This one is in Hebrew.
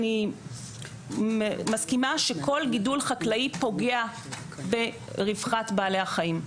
אני מסכימה שכל גידול חקלאי פוגע ברווחת בעלי החיים,